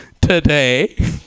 today